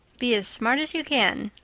be as smart as you can.